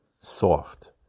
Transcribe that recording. soft